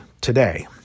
today